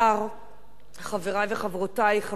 חברי וחברותי חברי הכנסת,